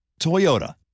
Toyota